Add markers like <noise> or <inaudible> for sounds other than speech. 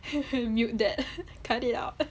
<laughs> mute that cut it out